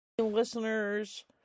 Listeners